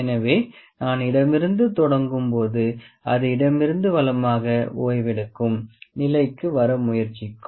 எனவே நான் இடமிருந்து தொடங்கும் போது அது இடமிருந்து வலமாக ஓய்வெடுக்கும் நிலைக்கு வர முயற்சிக்கும்